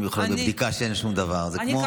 אם יוחלט בבדיקה שאין שום דבר,